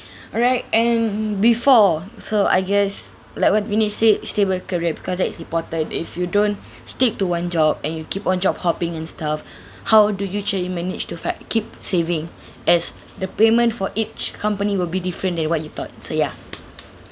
alright and before so I guess like what we need say stable career because that is important if you don't stick to one job and you keep on job hopping and stuff how do you check you manage to like keep saving as the payment for each company will be different than what you thought so ya